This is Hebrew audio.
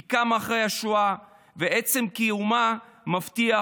היא קמה אחרי השואה, ועצם קיומה מבטיח